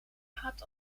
gaat